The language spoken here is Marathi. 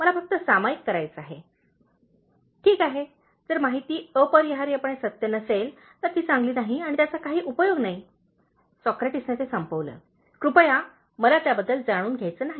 मला फक्त सामायिक करायचं आहे ठीक आहे जर माहिती अपरिहार्यपणे सत्य नसेल तर ती चांगली नाही आणि त्याचा काही उपयोग नाही सॉक्रेटिसने ते संपवले "कृपया मला त्याबद्दल जाणून घ्यायचे नाही